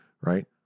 right